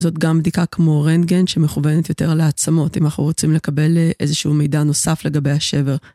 זאת גם בדיקה כמו רנטגן שמכוונת יותר לעצמות, אם אנחנו רוצים לקבל איזשהו מידע נוסף לגבי השבר.